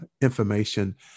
information